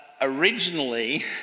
originally